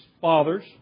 fathers